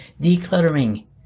decluttering